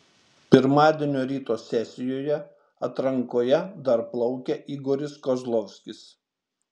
pirmadienio ryto sesijoje atrankoje dar plaukė igoris kozlovskis